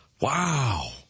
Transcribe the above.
Wow